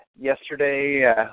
yesterday